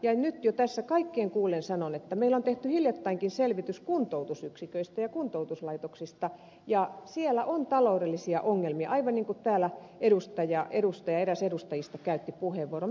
ja nyt jo tässä kaikkien kuullen sanon että meillä on tehty hiljattainkin selvitys kuntoutusyksiköistä ja kuntoutuslaitoksista ja siellä on taloudellisia ongelmia aivan niin kuin täällä eräs edustajista käytti puheenvuoron